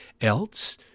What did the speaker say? else